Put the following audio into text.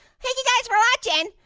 thank you guys for watching.